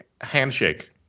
Handshake